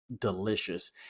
delicious